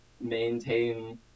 maintain